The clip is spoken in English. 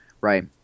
right